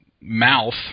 mouth